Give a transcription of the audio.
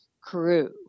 Crew